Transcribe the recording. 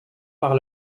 par